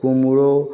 কুমড়ো